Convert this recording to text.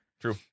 True